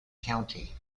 county